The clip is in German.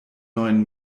neuen